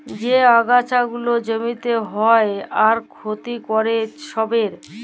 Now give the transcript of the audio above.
যে আগাছা গুলা জমিতে হ্যয় আর ক্ষতি ক্যরে ছবের